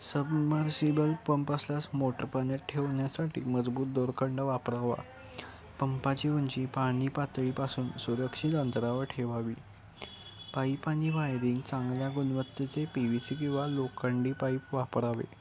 submersible pump असल्यास motor पाण्यात ठेवण्यासाठी मजबूत दोरखंड वापरावा पंपाची उंची पाणी पातळीपासून सुरक्षित अंतरावर ठेवावी पाईप आणि वायरिंग चांगल्या गुणवत्तेचे पी वी सी किंवा लोखंडी पाईप वापरावे